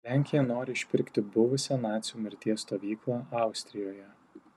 lenkija nori išpirkti buvusią nacių mirties stovyklą austrijoje